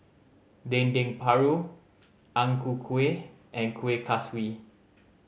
Dendeng Paru Ang Ku Kueh and Kuih Kaswi